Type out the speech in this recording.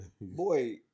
boy